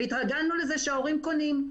והתרגלנו לזה שההורים קונים,